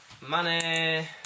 money